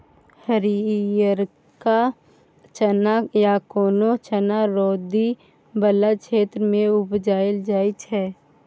हरियरका चना या कोनो चना रौदी बला क्षेत्र मे उपजाएल जाइ छै